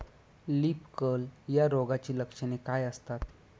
Leaf curl या रोगाची लक्षणे काय असतात?